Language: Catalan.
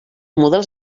models